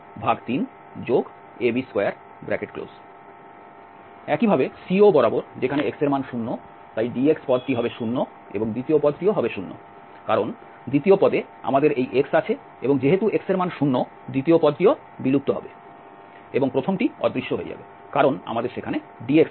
একইভাবে CO বরাবর যেখানে x এর মান 0 তাই dx পদটি হবে 0 এবং দ্বিতীয় পদটিও হবে 0 কারণ দ্বিতীয় পদে আমাদের এই x আছে এবং যেহেতু x এর মান 0 দ্বিতীয় পদটিও বিলুপ্ত হবে এবং প্রথমটি অদৃশ্য হয়ে যাবে কারণ আমাদের সেখানে dx আছে